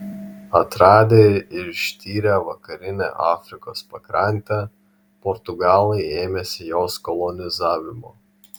atradę ir ištyrę vakarinę afrikos pakrantę portugalai ėmėsi jos kolonizavimo